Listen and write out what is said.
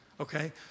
Okay